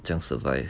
怎样 survive